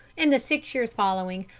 in the six years following,